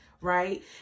right